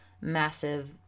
massive